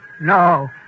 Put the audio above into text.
No